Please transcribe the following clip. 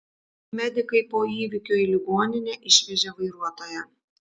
medikai po įvykio į ligoninę išvežė vairuotoją